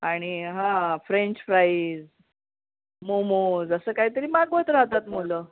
आणि french fries momos असं काहीतरी मागवत राहतात मुलं